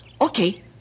Okay